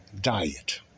diet